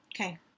Okay